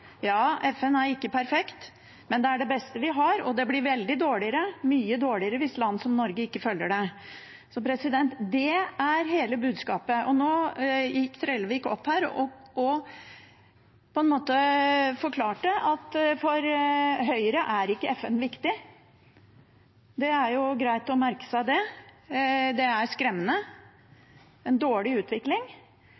Ja, FN er ikke perfekt, men det er det beste vi har, og det blir mye dårligere hvis land som Norge ikke følger det. Så det er hele budskapet. Nå gikk Trellevik opp her og – på en måte – forklarte at for Høyre er ikke FN viktig. Det er jo greit å merke seg. Det er skremmende,